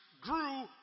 grew